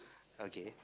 okay